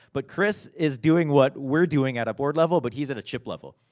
but, chris is doing what we're doing, at a board level, but he's at a chip level.